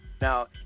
Now